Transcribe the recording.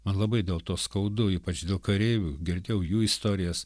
man labai dėl to skaudu ypač dėl kareivių girdėjau jų istorijas